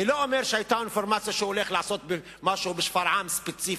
אני לא אומר שהיתה אינפורמציה שהוא הולך לעשות משהו בשפרעם ספציפית,